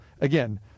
again